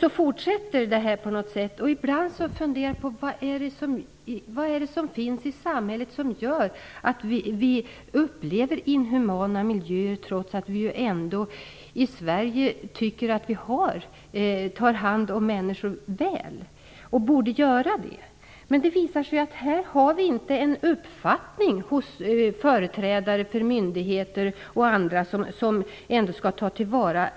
Så fortsätter det hela. Ibland funderar jag över vad det är i samhället som gör att många människor upplever inhumana miljöer trots att vi i Sverige tycker att vi tar väl hand om människor. Företrädare för bl.a. myndigheter skall ändock ta till vara